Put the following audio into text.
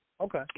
Okay